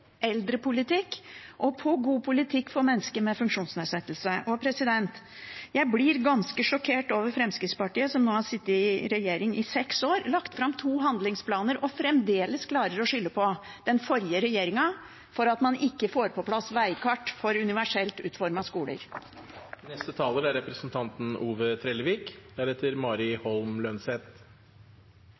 eldrepolitikk og en god politikk for mennesker med funksjonsnedsettelse. Jeg blir ganske sjokkert over Fremskrittspartiet, som nå har sittet i regjering i seks år, har lagt fram to handlingsplaner og fremdeles klarer å skylde på den forrige regjeringen for at man ikke får på plass veikart for universelt utformete skoler.